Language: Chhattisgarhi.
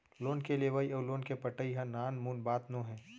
लोन के लेवइ अउ लोन के पटाई ह नानमुन बात नोहे